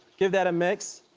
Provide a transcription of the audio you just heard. give that a mix.